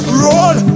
roll